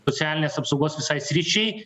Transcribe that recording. socialinės apsaugos visai sričiai